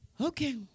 Okay